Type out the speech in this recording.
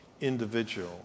individual